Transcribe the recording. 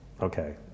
okay